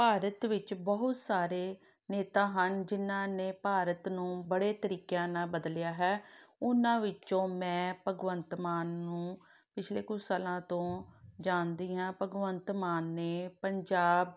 ਭਾਰਤ ਵਿੱਚ ਬਹੁਤ ਸਾਰੇ ਨੇਤਾ ਹਨ ਜਿਹਨਾਂ ਨੇ ਭਾਰਤ ਨੂੰ ਬੜੇ ਤਰੀਕਿਆਂ ਨਾਲ ਬਦਲਿਆ ਹੈ ਉਨਾਂ ਵਿੱਚੋਂ ਮੈਂ ਭਗਵੰਤ ਮਾਨ ਨੂੰ ਪਿਛਲੇ ਕੁਝ ਸਾਲਾਂ ਤੋਂ ਜਾਣਦੀ ਹਾਂ ਭਗਵੰਤ ਮਾਨ ਨੇ ਪੰਜਾਬ